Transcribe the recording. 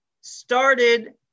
started